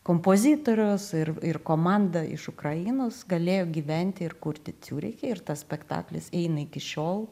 kompozitorius ir ir komanda iš ukrainos galėjo gyventi ir kurti ciūriche ir tas spektaklis eina iki šiol